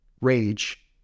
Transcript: rage